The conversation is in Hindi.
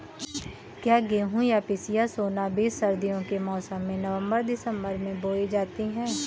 क्या गेहूँ या पिसिया सोना बीज सर्दियों के मौसम में नवम्बर दिसम्बर में बोई जाती है?